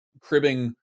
cribbing